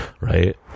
right